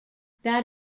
that